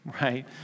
right